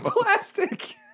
plastic